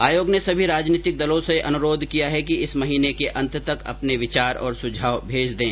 आयोग ने सभी राजनीतिक दलों से अनुरोध किया है कि इस महीने के अंत तक अपने विचार और सुझाव भेज दें